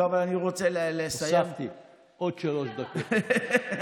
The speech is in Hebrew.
הוספתי עוד שלוש דקות.